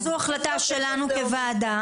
זו החלטה שלנו כוועדה.